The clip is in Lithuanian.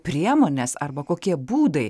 priemonės arba kokie būdai